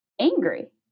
angry